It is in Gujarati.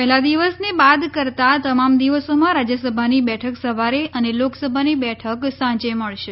પહેલા દિવસને બાદ કરતા તમામ દિવસોમાં રાજયસભાની બેઠક સવારે અને લોકસભાની બેઠક સાંજે મળશે